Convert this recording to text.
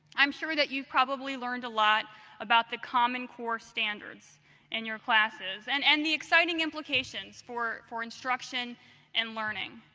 i'm sure that you've probably learned a lot about the common core standards in and your classes and and the exciting implications for for instruction and learning.